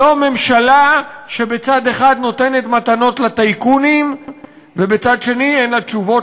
זו ממשלה שבצד אחד נותנת מתנות לטייקונים ובצד שני אין לה תשובות